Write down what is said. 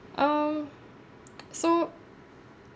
um so